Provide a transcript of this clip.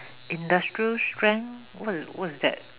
industrial strength wha~ what's that